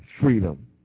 freedom